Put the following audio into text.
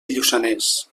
lluçanès